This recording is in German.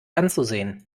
anzusehen